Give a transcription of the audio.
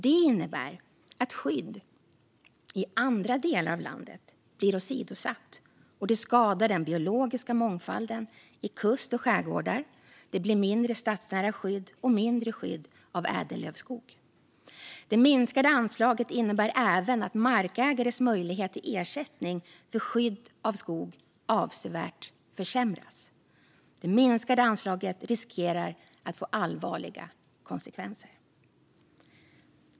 Det innebär att skydd i andra delar av landet blir åsidosatt, och det skadar den biologiska mångfalden vid kuster och i skärgårdar. Det blir mindre stadsnära skydd och mindre skydd av ädellövskog. Det minskade anslaget innebär även att markägares möjligheter till ersättning för skydd av skog avsevärt försämras. Det minskade anslaget riskerar att få allvarliga konsekvenser.